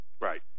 Right